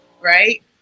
Right